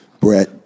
Brett